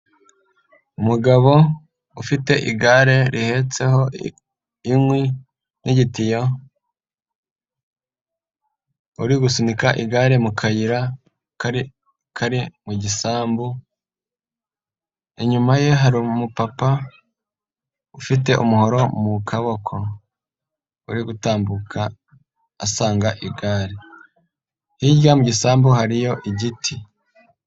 Umugabo ufite igare rihetseho inkwi n'igitiyo uri gusunika igare mu kayira kari mu gisambu, inyuma ye hari umupapa ufite umuhoro mu kaboko uri gutambuka asanga igare, hirya mu gisambu hariyo igiti.